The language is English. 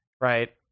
right